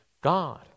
God